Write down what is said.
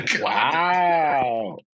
wow